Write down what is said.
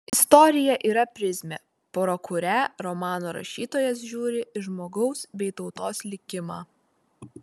istorija yra prizmė pro kurią romano rašytojas žiūri į žmogaus bei tautos likimą